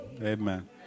Amen